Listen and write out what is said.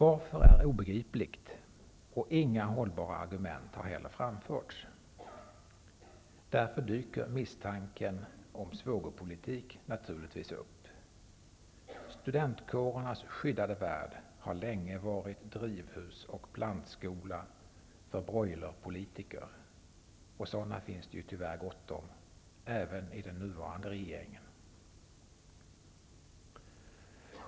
Det är obegripligt varför, och några hållbara argument har heller inte framförts. Därför dyker misstanken om svågerpolitik naturligtvis upp. Studentkårernas skyddade värld har länge varit drivhus och plantskola för broilerpolitiker -- och sådana finns det ju tyvärr gott om, även i den nuvarande regeringen.